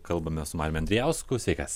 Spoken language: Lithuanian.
kalbamės su mariumi andrijausku sveikas